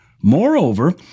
Moreover